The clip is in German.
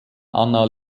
anna